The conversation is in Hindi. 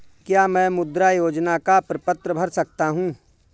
क्या मैं मुद्रा योजना का प्रपत्र भर सकता हूँ?